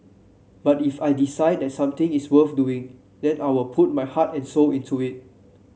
but if I decide that something is worth doing then I'll put my heart and soul into it